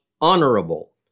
honorable